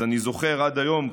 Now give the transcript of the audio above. אז אני זוכר עד היום,